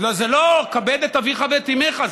זה לא "כבד את אביך ואמך",